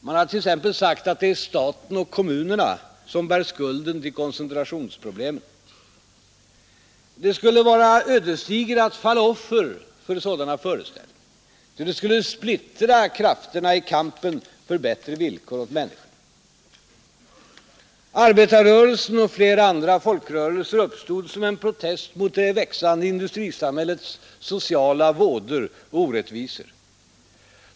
Man har t.ex. sagt att det är staten och kommunerna som bär skulden till koncentrationsproblemen. Det skulle vara ödesdigert att falla offer för sådana föreställningar, ty det skulle splittra krafterna i kampen för bättre villkor åt människorna. Arbetarrörelsen och flera andra folkrörelser uppstod som en protest mot det växande industrisamhällets sociala vådor och orättvisor.